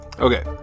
Okay